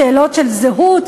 בשאלות של זהות?